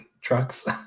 trucks